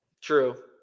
True